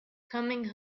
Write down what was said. coming